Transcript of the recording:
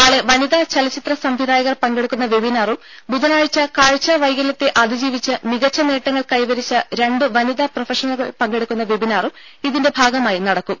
നാളെ വനിതാ ചലച്ചിത്ര സംവിധായകർ പങ്കെടുക്കുന്ന വെബ്ബിനാറും ബുധനാഴ്ച്ച കാഴ്ചാവൈകല്യത്തെ അതിജീവിച്ച് മികച്ച നേട്ടങ്ങൾ കൈവരിച്ച രണ്ട് വനിതാ പ്രൊഫഷണലുകൾ പങ്കെടുക്കുന്ന വെബ്ബിനാറും ഇതിന്റെ ഭാഗമായി നടക്കും